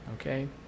okay